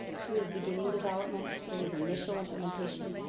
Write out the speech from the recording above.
two is beginning development, three is initial implementation,